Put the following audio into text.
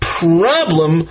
problem